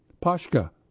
Pashka